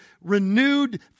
Renewed